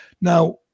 Now